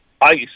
ice